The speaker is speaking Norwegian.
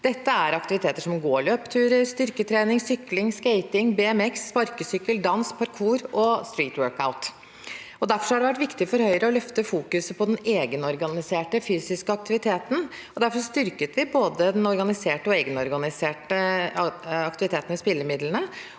Dette er aktiviteter som gå- og løpeturer, styrketrening, sykling, skating, BMX, sparkesykkel, dans, parkour og «street workout». Derfor har det vært viktig for Høyre å løfte fokuset på den egenorganiserte fysiske aktiviteten. Vi styrket både organisert og egenorganisert idrett gjennom spillemidlene,